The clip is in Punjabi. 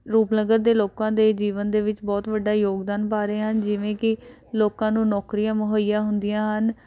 ਰੂਪਨਗਰ ਦੇ ਲੋਕਾਂ ਦੇ ਜੀਵਨ ਦੇ ਵਿੱਚ ਬਹੁਤ ਵੱਡਾ ਯੋਗਦਾਨ ਪਾ ਰਹੇ ਹਨ ਜਿਵੇਂ ਕਿ ਲੋਕਾਂ ਨੂੰ ਨੌਕਰੀਆਂ ਮੁਹੱਈਆ ਹੁੰਦੀਆਂ ਹਨ